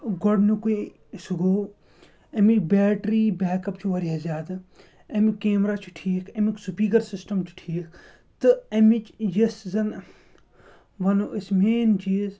گۄڈٕنیُکُے سُہ گوٚو اَمِچ بیٹرٛی بیک اَپ چھُ واریاہ زیادٕ اَمیُک کیمرا چھُ ٹھیٖک اَمیُک سٕپییٖکَر سِسٹَم چھُ ٹھیٖک تہٕ اَمِچ یۄس زَن وَنو أسۍ مین چیٖز